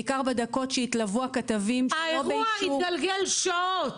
בעיקר בדקות שהתלוו הכתבים שלא באישור --- האירוע מתגלגל שעות.